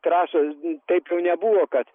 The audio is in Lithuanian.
trasos taip jau nebuvo kad